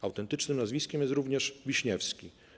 Autentycznym nazwiskiem jest również: Wiśniewski.